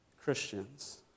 Christians